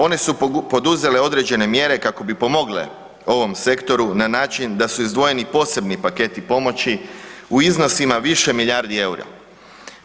One su poduzele određene mjere kako bi pomogle ovom sektoru na način da su izdvojeni posebni paketi pomoći u iznosima više milijardi EUR-a.